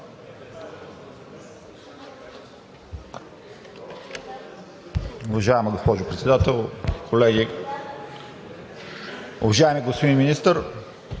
Уважаема госпожо Председател, колеги, уважаеми господин Министър!